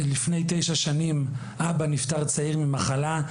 לפני תשע שנים אבא נפטר ממחלה בגיל צעיר,